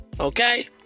Okay